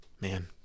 man